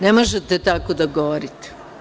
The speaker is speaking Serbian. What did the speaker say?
Ne možete tako da govorite.